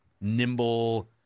nimble